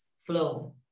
flow